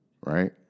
right